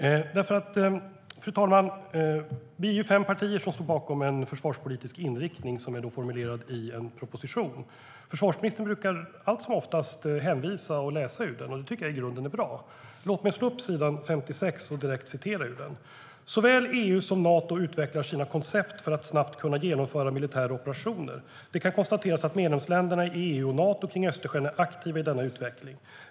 Fru talman! Vi är fem partier som står bakom en försvarspolitisk inriktning, som är formulerad i en proposition. Försvarsministern brukar allt som oftast hänvisa till och läsa ur den. Det tycker jag i grunden är bra. Låt mig slå upp s. 56 och citera från den: "Såväl EU som Nato utvecklar sina koncept för att snabbt kunna genomföra militära operationer. Det kan konstateras att medlemsländerna i EU och Nato kring Östersjön är aktiva i denna utveckling.